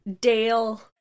Dale